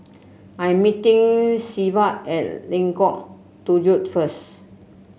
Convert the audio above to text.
I'm meeting Severt at Lengkong Tujuh first